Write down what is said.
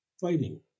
fighting